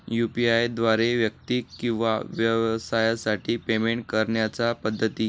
UPI द्वारे व्यक्ती किंवा व्यवसायांसाठी पेमेंट करण्याच्या पद्धती